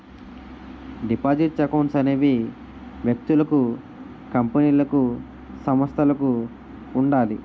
deposit accounts అనేవి వ్యక్తులకు కంపెనీలకు సంస్థలకు ఉండాలి